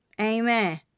Amen